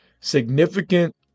significant